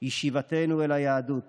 היא שיבתנו אל היהדות